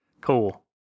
cool